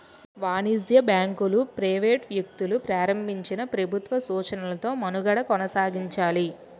వాణిజ్య బ్యాంకులు ప్రైవేట్ వ్యక్తులు ప్రారంభించినా ప్రభుత్వ సూచనలతో మనుగడ కొనసాగించాలి